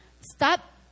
stop